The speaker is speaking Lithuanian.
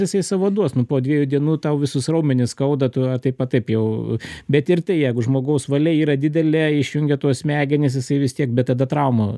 jisai savo duos nu po dviejų dienų tau visus raumenis skauda tu a taip a taip jau bet ir tai jeigu žmogaus valia yra didelė išjungia tuos smegenis jisai vis tiek bet tada trauma